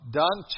done